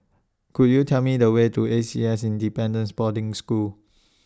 Could YOU Tell Me The Way to A C S Independence Boarding School